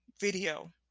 video